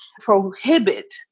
prohibit